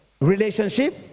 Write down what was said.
relationship